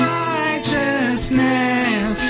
righteousness